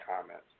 comments